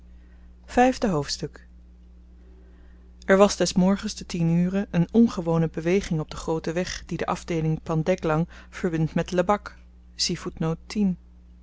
vyfde hoofdstuk er was des morgens te tien ure een ongewone beweging op den grooten weg die de afdeeling pandeglang verbindt met lebak